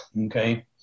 Okay